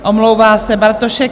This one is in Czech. Omlouvá se Bartošek